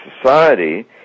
society